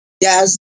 Yes